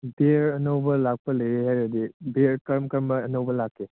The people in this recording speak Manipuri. ꯕꯤꯌꯔ ꯑꯅꯧꯕ ꯂꯥꯛꯄ ꯂꯩꯌꯦ ꯍꯥꯏꯔꯗꯤ ꯕꯤꯌꯔ ꯀꯔꯝ ꯀꯔꯝꯕ ꯑꯅꯧꯕ ꯂꯥꯛꯀꯦ